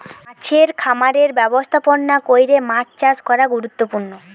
মাছের খামারের ব্যবস্থাপনা কইরে মাছ চাষ করা গুরুত্বপূর্ণ